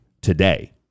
today